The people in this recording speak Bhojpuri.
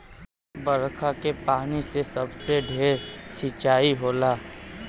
बरखा के पानी से सबसे ढेर सिंचाई होला